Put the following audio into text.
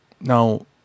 Now